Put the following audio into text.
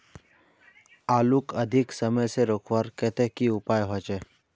आलूक अधिक समय से रखवार केते की उपाय होचे?